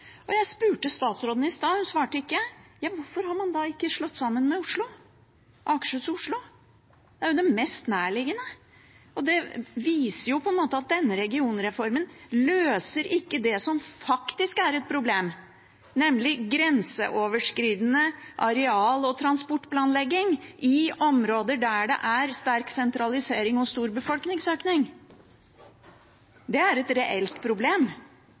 Jeg spurte statsråden i stad, men hun svarte ikke: Hvorfor har man da ikke slått sammen Akershus med Oslo? Det er jo det mest nærliggende. Det viser at denne regionreformen ikke løser det som faktisk er et problem, nemlig grenseoverskridende areal- og transportplanlegging i områder med sterk sentralisering og stor befolkningsøkning. Det er et reelt problem,